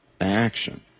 action